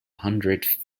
hundred